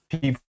people